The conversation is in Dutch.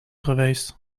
geweest